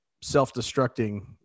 self-destructing